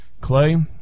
Clay